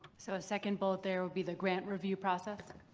so a second bullet there would be the grant review process.